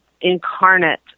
incarnate